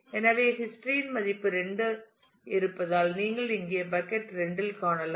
எனவே ஹிஸ்டரி இன் மதிப்பு 2 இருப்பதால் நீங்கள் இங்கே பக்கட் 2 இல் காணலாம்